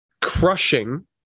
crushing